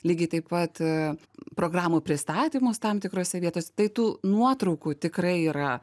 lygiai taip pat programų pristatymus tam tikrose vietose tai tu nuotraukų tikrai yra